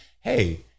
hey